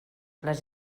les